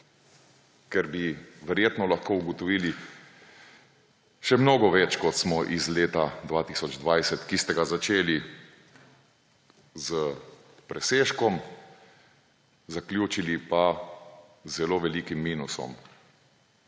Ker bi verjetno lahko ugotovili še mnogo več, kot smo iz leta 2020, ki ste ga začeli s presežkom, zaključili pa z zelo velikim minusom.